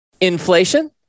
Inflation